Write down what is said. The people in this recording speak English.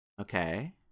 okay